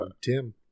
Tim